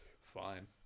fine